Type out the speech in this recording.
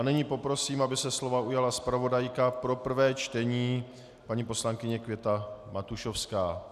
Nyní poprosím, aby se slova ujala zpravodajka pro prvé čtení paní poslankyně Květa Matušovská.